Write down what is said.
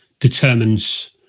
Determines